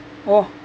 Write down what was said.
!wow!